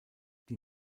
die